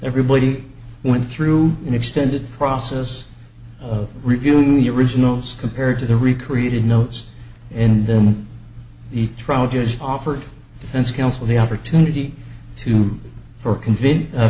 everybody went through an extended process of reviewing your originals compared to the recreated notes and then the trial just offered defense counsel the opportunity to for convince a